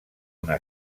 una